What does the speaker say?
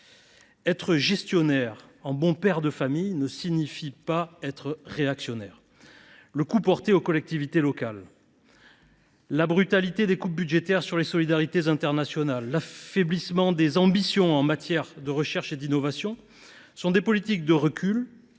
Être gestionnaire, en « bon père de famille », ne signifie pas être réactionnaire. Le coup porté aux collectivités locales, la brutalité des coupes budgétaires infligées aux solidarités internationales comme l’affaiblissement des ambitions en matière de recherche et d’innovation trahissent des politiques de recul,